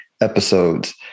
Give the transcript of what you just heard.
episodes